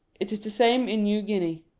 it is the same in new guinea.